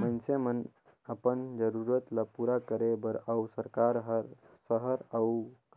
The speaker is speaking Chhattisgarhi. मइनसे मन अपन जरूरत ल पूरा करे बर अउ सरकार हर सहर अउ